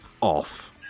off